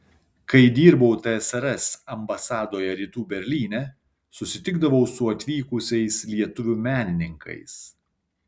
kai dirbau tsrs ambasadoje rytų berlyne susitikdavau su atvykusiais lietuvių menininkais